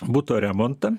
buto remontą